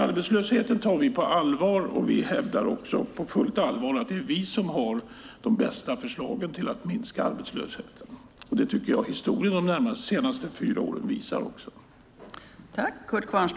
Arbetslösheten tar vi alltså på allvar, och vi hävdar också på fullt allvar att det är vi som har de bästa förslagen för att minska arbetslösheten. Det tycker jag även att de senaste fyra åren har visat.